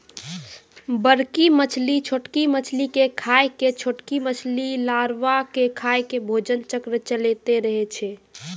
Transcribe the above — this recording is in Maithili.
बड़की मछली छोटकी मछली के खाय के, छोटकी मछली लारवा के खाय के भोजन चक्र चलैतें रहै छै